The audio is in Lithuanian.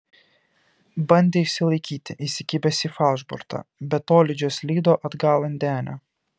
bandė išsilaikyti įsikibęs į falšbortą bet tolydžio slydo atgal ant denio